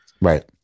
Right